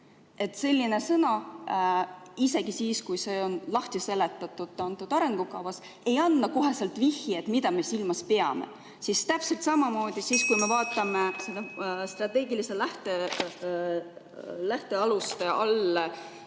Selline sõna isegi siis, kui see on lahti seletatud antud arengukavas, ei anna kohe vihjet, mida me silmas peame. Täpselt samamoodi, kui me vaatame, strateegiliste lähtealuste all